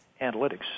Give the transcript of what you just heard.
analytics